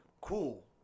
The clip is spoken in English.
cool